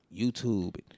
YouTube